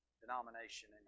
denomination